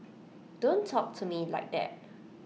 don't talk to me like that